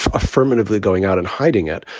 ah affirmatively going out and hiding it.